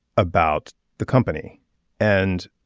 about the company and